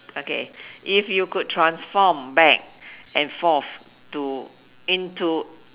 okay if you could transform back and forth to into